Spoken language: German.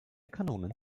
kanonen